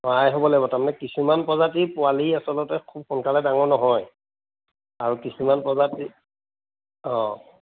অ' আই হ'ব লাগিব তাৰমানে কিছুমান প্ৰজাতিৰ পোৱালি আচলতে খুব সোনকালে ডাঙৰ নহয় আৰু কিছুমান প্ৰজাতি অঁ